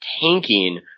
tanking